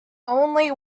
only